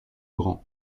grand